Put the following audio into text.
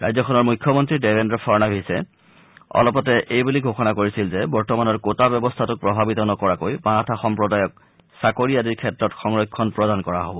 ৰাজ্যখনৰ মুখ্যমন্ত্ৰী দেবেন্দ্ৰ ফাড়নাৱিছে অলপতে এইবুলি ঘোষণা কৰিছিল যে বৰ্তমানৰ কোটা ব্যৱস্থাটোক প্ৰভাৱিত নকৰাকৈ মাৰাঠা সম্প্ৰদায়ক চাকৰি আদিৰ ক্ষেত্ৰত সংৰক্ষণ প্ৰদান কৰা হব